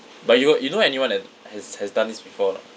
but you got you know anyone that has has done this before or not